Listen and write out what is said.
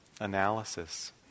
analysis